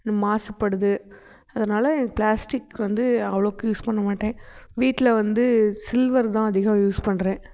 மாசுபடுது அதனால பிளாஸ்டிக் வந்து அவ்வளோக்கு யூஸ் பண்ணமாட்டேன் வீட்டில வந்து சில்வர் தான் அதிகம் யூஸ் பண்ணுறேன்